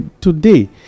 today